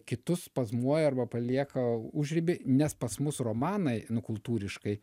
kitus spazmuoja arba palieka užriby nes pas mus romanai nu kultūriškai